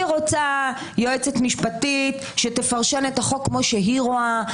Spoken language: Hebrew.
היא רוצה יועצת משפטית שתפרשן את החוק כמו שהיא רואה,